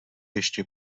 ještě